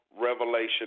revelation